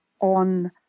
on